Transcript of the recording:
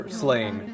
slain